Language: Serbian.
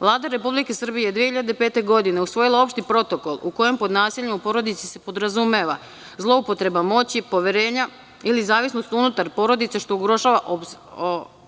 Vlada Republike Srbije je 2005. godine usvojila opšti protokol u kojem pod nasiljem u porodici se podrazumeva zloupotreba moći, poverenja ili zavisnost unutar porodice, što ugrožava